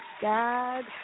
God